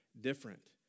different